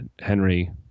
Henry